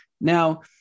Now